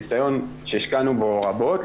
ניסיון שהשקענו בו רבות,